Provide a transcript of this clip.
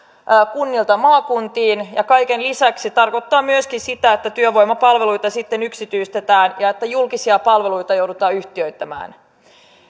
kunnilta maakuntiin ja kaiken lisäksi myöskin sitä että työvoimapalveluita sitten yksityistetään ja että julkisia palveluita joudutaan yhtiöittämään